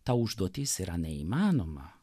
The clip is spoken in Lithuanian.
ta užduotis yra neįmanoma